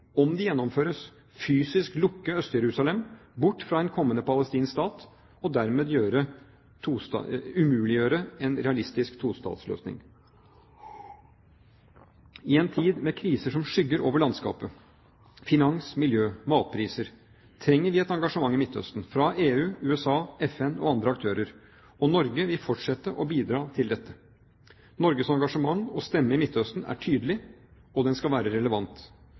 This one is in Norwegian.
om de gjennomføres, fysisk lukke Øst-Jerusalem bort fra en kommende palestinsk stat og dermed umuliggjøre en realistisk tostatsløsning. I en tid med kriser som skygger over landskapet – finans, miljø, matpriser – trenger vi et engasjement i Midtøsten, fra EU, USA, FN og andre aktører, og Norge vil fortsette å bidra til dette. Norges engasjement og stemme i Midtøsten er tydelig, og den skal være relevant.